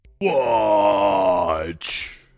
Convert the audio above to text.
Watch